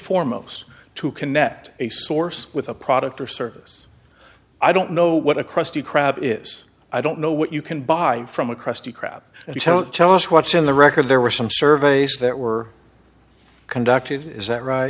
foremost to connect a source with a product or service i don't know what a krusty krab is i don't know what you can buy from a crusty crab if you don't tell us what's in the record there were some surveys that were conducted is that right